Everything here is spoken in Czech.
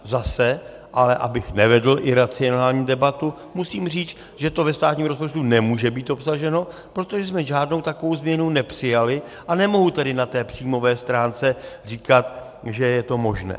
Zase ale abych nevedl iracionální debatu, musím říct, že to ve státním rozpočtu nemůže být obsaženo, protože jsme žádnou takovou změnu nepřijali, a nemohu tedy na té příjmové stránce říkat, že je to možné.